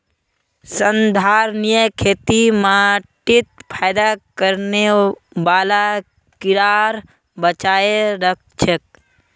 संधारणीय खेती माटीत फयदा करने बाला कीड़ाक बचाए राखछेक